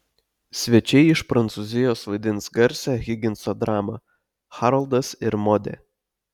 svečiai iš prancūzijos vaidins garsią higinso dramą haroldas ir modė